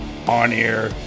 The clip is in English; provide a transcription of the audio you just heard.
on-air